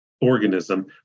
organism